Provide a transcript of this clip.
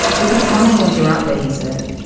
you'll be fine once you're out there, he said.